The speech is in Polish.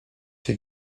czy